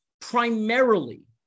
primarily